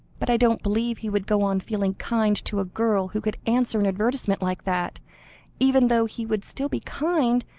but i don't believe he would go on feeling kind to a girl who could answer an advertisement like that even though he would still be kind,